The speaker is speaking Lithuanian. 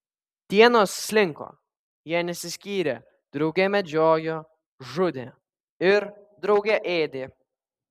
dienos slinko jie nesiskyrė drauge medžiojo žudė ir drauge ėdė